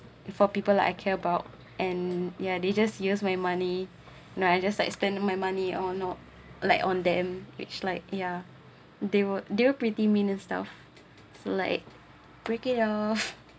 for people like I care about and yeah they just use my money no I just like spend my money or not like on them which like ya there were there were pretty minion stuff like break it off